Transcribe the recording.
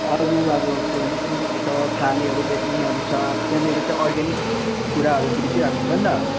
अरू अब के भन्छ तिते छ फालेहरू बेच्नेहरू छ त्यहाँनिर चाहिँ अर्ग्यानिक कुराहरू बेचिरहेको हुन्छ नि त